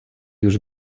już